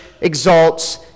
exalts